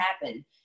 happen